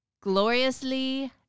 Gloriously